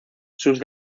sus